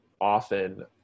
often